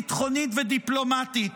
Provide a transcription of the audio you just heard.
ביטחונית ודיפלומטית.